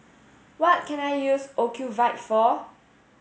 what can I use Ocuvite for